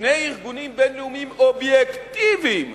שני ארגונים בין-לאומיים אובייקטיביים,